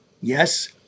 Yes